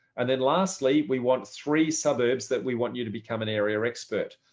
and then lastly, we want three suburbs that we want you to become an area expert.